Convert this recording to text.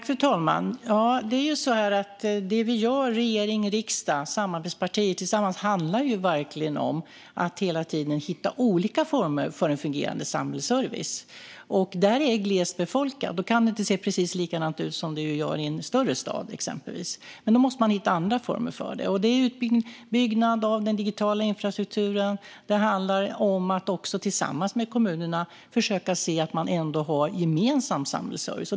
Fru talman! Det vi gör i regering och riksdag, samarbetspartierna tillsammans, handlar om att hela tiden hitta olika former för en fungerande samhällsservice. Där det är glest befolkat kan det inte se ut precis likadant som i en större stad, till exempel. Då måste man hitta andra former för det. Det handlar om utbyggnad av den digitala infrastrukturen och om att tillsammans med kommunerna försöka se till att man har gemensam samhällsservice.